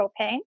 propane